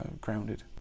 grounded